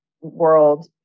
world